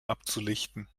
abzulichten